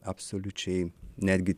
absoliučiai netgi